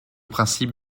principe